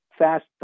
fast